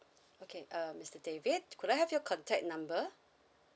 okay uh mister david could I have your contact number